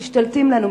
משתלטים לנו.